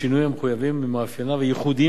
בשינויים המחויבים ממאפייניו הייחודיים